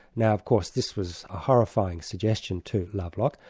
now of course this was a horrifying suggestion to lovelock,